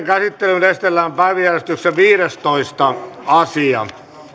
käsittelyyn esitellään päiväjärjestyksen viidestoista asia